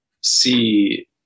see